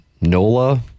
Nola